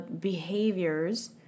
behaviors